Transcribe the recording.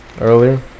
earlier